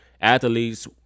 athletes